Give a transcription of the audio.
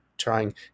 Trying